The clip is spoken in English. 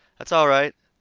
that's all right,